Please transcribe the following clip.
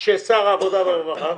של שר העבודה והרווחה,